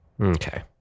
Okay